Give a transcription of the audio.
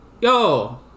yo